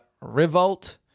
Revolt